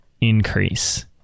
increase